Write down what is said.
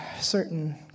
certain